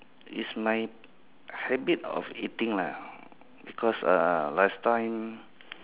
it's my habit of eating lah because uh last time